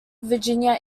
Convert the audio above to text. virginia